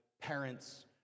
parents